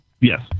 Yes